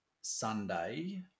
Sunday